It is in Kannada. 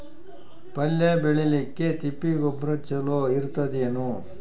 ಪಲ್ಯ ಬೇಳಿಲಿಕ್ಕೆ ತಿಪ್ಪಿ ಗೊಬ್ಬರ ಚಲೋ ಇರತದೇನು?